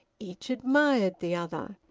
each admired the other.